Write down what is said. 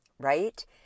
right